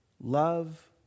love